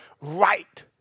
right